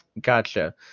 Gotcha